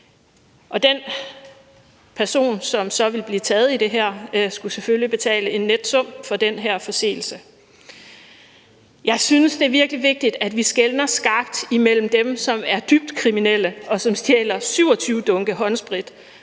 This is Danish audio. Den person, som så vil blive taget i det her, vil selvfølgelig skulle betale en net sum for den her forseelse. Jeg synes, det er virkelig vigtigt, at vi skelner skarpt mellem dem, som er dybt kriminelle, og som stjæler 27 dunke håndsprit,